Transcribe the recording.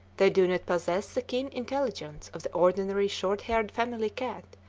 they do not possess the keen intelligence of the ordinary short-haired family cat,